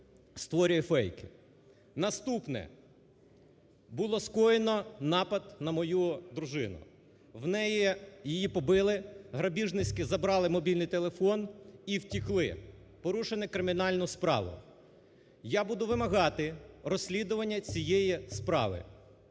Наступне. Було скоєно напад на мою дружину її побили, грабіжницькі забрали мобільний телефон і втекли, порушено кримінальну справу. Я буду вимагати розслідування цієї справи.